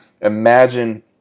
imagine